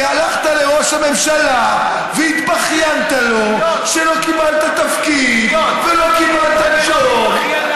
כי הלכת לראש הממשלה והתבכיינת לו שלא קיבלת תפקיד ולא קיבלת ג'וב,